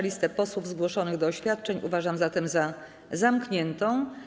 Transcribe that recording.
Listę posłów zgłoszonych do oświadczeń uważam zatem za zamkniętą.